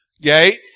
gate